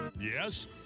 Yes